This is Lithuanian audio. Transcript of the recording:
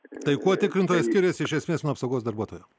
tai kuo tikrintojas skiriasi iš esmės nuo apsaugos darbuotojo